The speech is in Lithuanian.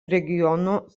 regiono